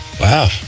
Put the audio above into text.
Wow